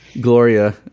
Gloria